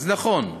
אז נכון,